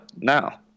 now